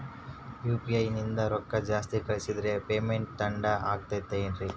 UPI ನಿಂದ ರೊಕ್ಕ ಜಾಸ್ತಿ ಕಳಿಸಿದರೆ ಪೇಮೆಂಟ್ ತಡ ಆಗುತ್ತದೆ ಎನ್ರಿ?